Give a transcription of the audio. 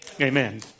Amen